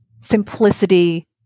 simplicity